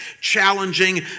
challenging